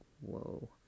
whoa